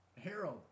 Harold